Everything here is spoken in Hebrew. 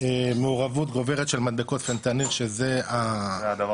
מעורבות גוברת של מדבקות פנטניל שזה הדבר